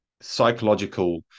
Psychological